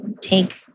take